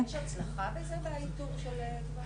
יש הצלחה בזה, באיתור של גברים?